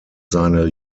seine